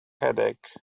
headache